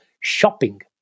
shopping